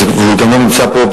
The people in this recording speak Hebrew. הוא גם לא נמצא פה.